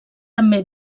també